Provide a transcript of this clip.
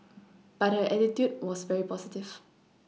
but her attitude was very positive